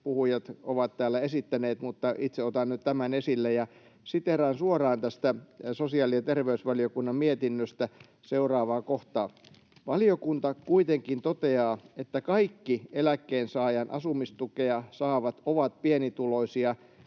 puhujat ovat täällä esittäneet, mutta itse otan nyt tämän esille. Siteeraan suoraan tästä sosiaali‑ ja terveysvaliokunnan mietinnöstä seuraavaa kohtaa: ”Valiokunta kuitenkin toteaa, että kaikki eläkkeensaajan asumistukea saavat ovat pienituloisia